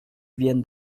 viennent